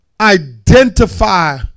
identify